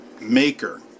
maker